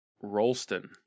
Rolston